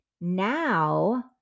now